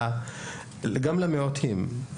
גם למיעוטים.